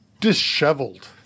disheveled